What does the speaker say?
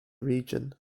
region